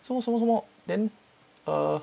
什么什么什么 then err